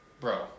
Bro